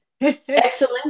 excellent